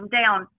down